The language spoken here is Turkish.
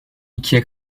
ikiye